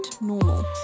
normal